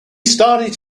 started